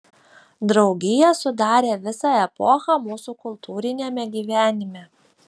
draugija sudarė visą epochą mūsų kultūriniame gyvenime